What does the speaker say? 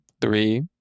Three